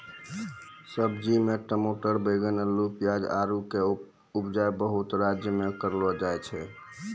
सब्जी मे टमाटर बैगन अल्लू पियाज आरु के उपजा बहुते राज्य मे करलो जाय छै